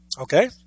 Okay